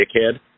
dickhead